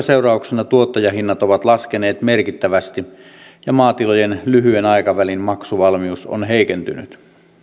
seurauksena tuottajahinnat ovat laskeneet merkittävästi ja maatilojen lyhyen aikavälin maksuvalmius on heikentynyt